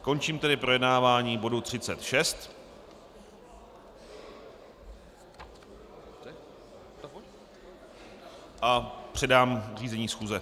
Končím tedy projednávání bodu 36 a předám řízení schůze.